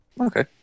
Okay